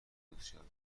دوستیابی